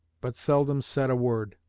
but seldom said a word.